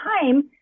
time